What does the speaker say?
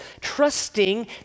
trusting